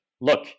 look